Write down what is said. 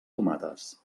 tomates